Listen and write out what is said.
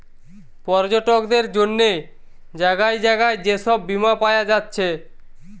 পর্যটকদের জন্যে জাগায় জাগায় যে সব বীমা পায়া যাচ্ছে